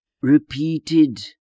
repeated